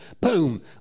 Boom